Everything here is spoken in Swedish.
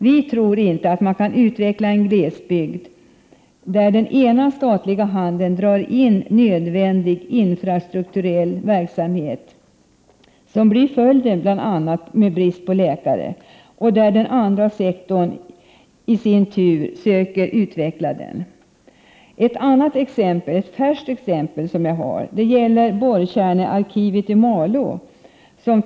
Vi tror inte att man kan utveckla en glesbygd, när den ena statliga handen drar in nödvändiga infrastrukturella verksamheter — vilket bl.a. blir följden genom bristen på läkare — medan den andra statliga handen i sin tur försöker utveckla glesbygden. Ett färskt exempel gäller borrkärnearkivet i Malå.